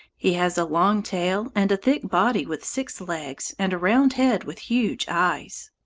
he has a long tail and a thick body with six legs, and a round head with huge eyes.